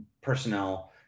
personnel